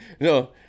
No